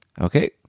Okay